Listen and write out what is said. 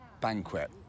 banquet